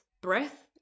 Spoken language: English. breath